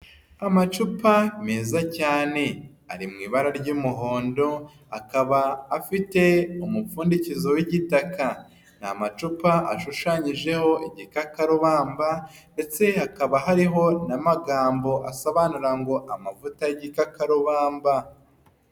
Amacupa meza cyane ari mu ibara ry'umuhondo, akaba afite umupfundikizo w'igitaka, ni amacupa ashushanyijeho igikakarubamba, ndetse hakaba hariho n'amagambo asobanura ngo amavuta y'igikakarubamba.